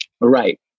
Right